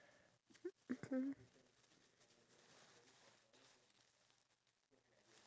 every individual is with their phones then I don't think so that's a good idea because